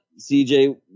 CJ